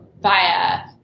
via